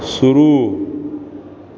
शुरू